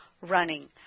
running